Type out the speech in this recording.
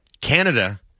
Canada